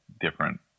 different